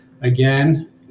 again